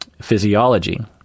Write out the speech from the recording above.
physiology